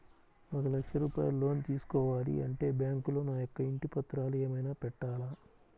ఒక లక్ష రూపాయలు లోన్ తీసుకోవాలి అంటే బ్యాంకులో నా యొక్క ఇంటి పత్రాలు ఏమైనా పెట్టాలా?